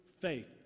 faith